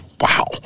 wow